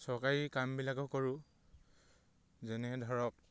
চৰকাৰী কামবিলাকো কৰোঁ যেনে ধৰক